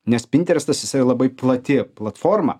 nes pinterestas jisai labai plati platforma